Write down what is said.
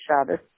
Shabbos